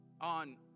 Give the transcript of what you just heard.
on